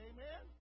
Amen